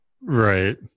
right